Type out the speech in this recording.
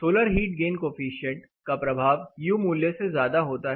solar heat gain coefficient का प्रभाव U मूल्य से ज्यादा होता है